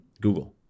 Google